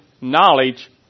knowledge